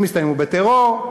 הם הסתיימו בטרור,